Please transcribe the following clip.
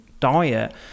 Diet